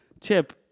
Chip